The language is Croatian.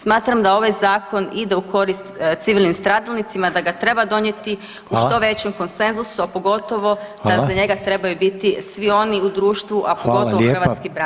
Smatram da ovaj zakon ide u korist civilnim stradalnicima, da ga treba donijeti u što većem [[Upadica: Hvala.]] konsenzusu, a pogotovo da za njega trebaju biti svi oni u društvu [[Upadica: Hvala lijepa.]] a pogotovo hrvatski branitelji.